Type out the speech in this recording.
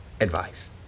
advice